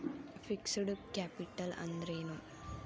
Fixed capital ಅಂದ್ರೇನು?